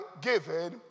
given